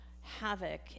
havoc